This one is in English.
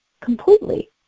completely